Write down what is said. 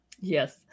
Yes